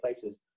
places